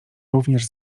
również